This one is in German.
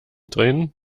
drehen